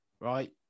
Right